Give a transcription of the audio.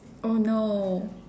no